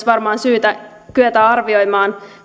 varmaan myös syytä kyetä arvioimaan